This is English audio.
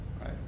right